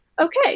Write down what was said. Okay